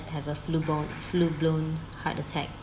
have a full-bon~ full-blown heart attack